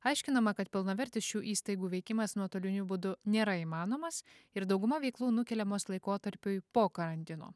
aiškinama kad pilnavertis šių įstaigų veikimas nuotoliniu būdu nėra įmanomas ir dauguma veiklų nukeliamos laikotarpiui po karantino